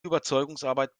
überzeugungsarbeit